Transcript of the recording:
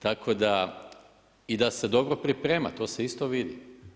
Tako da i da se dobro priprema, to se isto vidi.